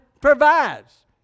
provides